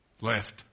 left